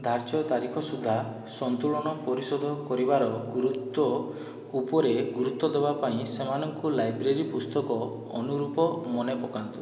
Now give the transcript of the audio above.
ଧାର୍ଯ୍ୟ ତାରିଖ ସୁଦ୍ଧା ସନ୍ତୁଳନ ପରିଶୋଧ କରିବାର ଗୁରୁତ୍ୱ ଉପରେ ଗୁରୁତ୍ୱ ଦେବା ପାଇଁ ସେମାନଙ୍କୁ ଲାଇବ୍ରେରୀ ପୁସ୍ତକ ଅନୁରୂପ ମନେ ପକାନ୍ତୁ